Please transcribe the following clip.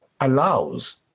allows